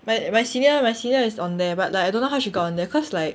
but my senior my senior is on there but like I don't know how she got on there cause like